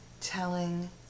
telling